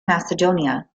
macedonia